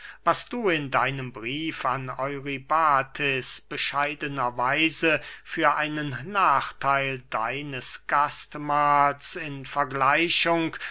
was du in deinem brief an eurybates bescheidener weise für einen nachtheil deines gastmahls in vergleichung